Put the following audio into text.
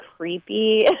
creepy